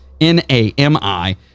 N-A-M-I